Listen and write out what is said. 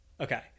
Okay